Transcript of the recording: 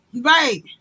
Right